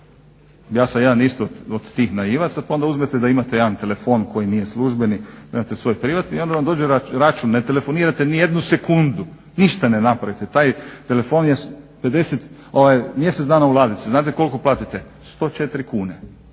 Ja sam jedan isto od tih naivaca, pa onda uzmete da imate jedan telefon koji nije službeni, pa imate svoj privatni i onda vam dođe račun, ne telefonirate ni jednu sekundu, ništa ne napravite, taj telefon je mjesec dana u ladici. Znate koliko platite? 104 kune,